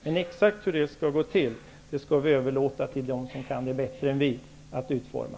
Men exakt hur utbildningen skall se ut skall vi överlåta till dem som kan det bättre än vi att utforma.